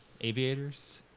aviators